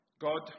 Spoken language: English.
God